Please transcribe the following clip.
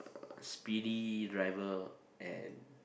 speedy driver and